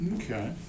Okay